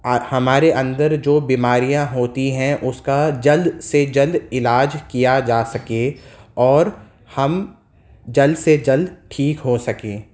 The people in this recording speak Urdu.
ہمارے اندر جو بیماریاں ہوتی ہیں اس کا جلد سے جلد علاج کیا جا سکے اور ہم جلد سے جلد ٹھیک ہو سکیں